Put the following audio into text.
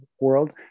world